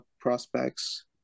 prospects